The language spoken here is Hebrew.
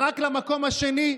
רק למקום השני,